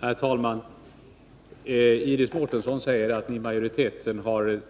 Herr talman! Iris Mårtensson säger att majoriteten vill